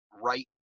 right